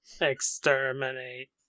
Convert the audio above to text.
Exterminate